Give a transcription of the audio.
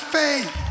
faith